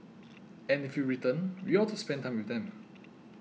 and if we return we ought to spend time with them